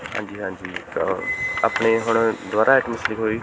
ਹਾਂਜੀ ਹਾਂਜੀ ਆਪਣੇ ਹੁਣ ਦੁਬਾਰਾ ਆਈਟਮਸ ਲਿਖੋ ਜੀ